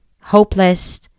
hopeless